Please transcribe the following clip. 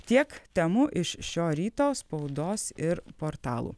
tiek temų iš šio ryto spaudos ir portalų